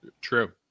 True